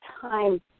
time